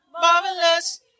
marvelous